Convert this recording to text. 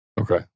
Okay